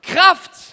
Kraft